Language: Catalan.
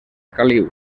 caliu